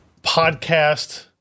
podcast